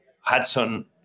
Hudson